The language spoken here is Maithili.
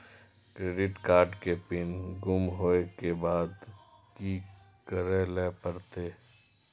क्रेडिट कार्ड के पिन गुम होय के बाद की करै ल परतै?